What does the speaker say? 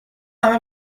همه